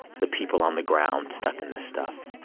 the people on the ground stuck in this stuff?